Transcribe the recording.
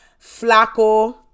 Flacco